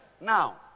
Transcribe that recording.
Now